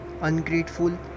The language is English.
ungrateful